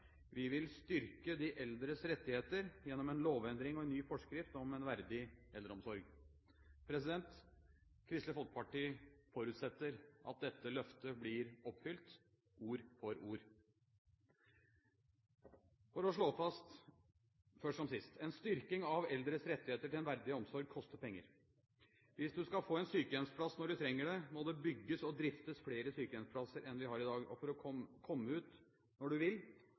styrke de eldres rettigheter gjennom en lovendring og en ny forskrift om en verdig eldreomsorg.» Kristelig Folkeparti forutsetter at dette løftet blir oppfylt ord for ord. For å slå fast først som sist: En styrking av eldres rettigheter til en verdig omsorg koster penger. Hvis du skal få en sykehjemsplass når du trenger det, må det bygges og driftes flere sykehjemsplasser enn vi har i dag, og for å komme ut når du vil,